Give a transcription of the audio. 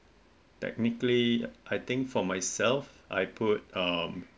technically I think for myself I put um